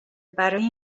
برای